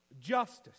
justice